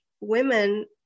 women